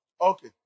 Okay